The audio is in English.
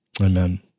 Amen